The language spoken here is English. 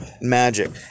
magic